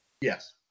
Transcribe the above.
yes